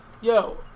yo